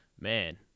Man